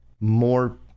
more